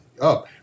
up